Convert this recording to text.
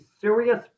serious